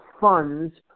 funds